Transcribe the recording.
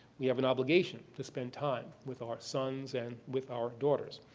we have an obligation to spend time with our sons and with our daughters,